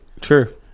True